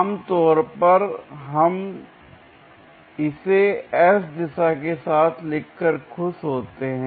आमतौर पर हम इसे s दिशा के साथ लिखकर खुश होते हैं